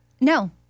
No